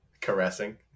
Caressing